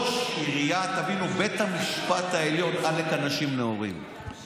תבינו, בית המשפט העליון, עלק אנשים נאורים, לא,